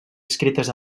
escrites